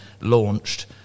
launched